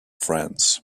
france